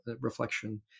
reflection